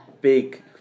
big